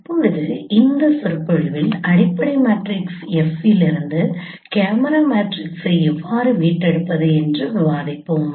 இப்போது இந்த சொற்பொழிவில் அடிப்படை மேட்ரிக்ஸ் F இலிருந்து கேமரா மேட்ரிக்ஸ்களை எவ்வாறு மீட்டெடுப்பது என்று விவாதிப்போம்